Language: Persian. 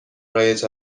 رایج